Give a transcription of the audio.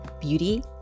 beauty